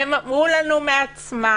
והם אמרו לנו מעצמם